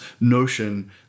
notion